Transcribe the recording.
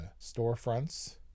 storefronts